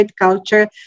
culture